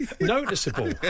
noticeable